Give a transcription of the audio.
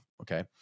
Okay